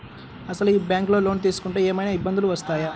అసలు ఈ బ్యాంక్లో లోన్ తీసుకుంటే ఏమయినా ఇబ్బందులు వస్తాయా?